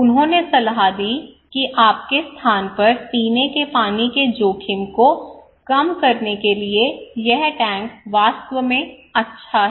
उन्होंने सलाह दी कि आपके स्थान पर पीने के पानी के जोखिम को कम करने के लिए यह टैंक वास्तव में अच्छा है